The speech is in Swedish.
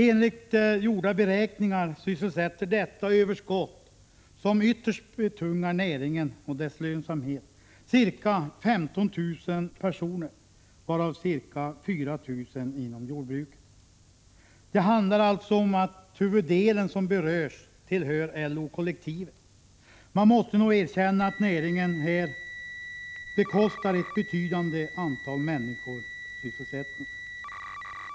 Enligt gjorda beräkningar sysselsätter detta överskott, som ytterst betungar näringen och minskar dess lönsamhet, ca 15 000 personer, varav ca 4 000 inom jordbruket. Huvuddelen av dem som berörs tillhör LO-kollektivet. Man måste nog erkänna att näringen garanterar ett betydande antal människor sysselsättning.